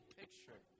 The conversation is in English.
picture